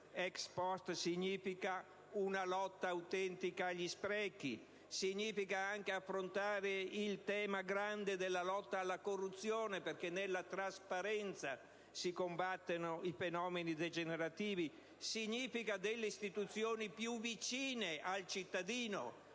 in essere una lotta autentica agli sprechi e anche affrontare il grande tema della lotta alla corruzione, perché con la trasparenza si combattono i fenomeni degenerativi; significa inoltre istituzioni più vicine al cittadino,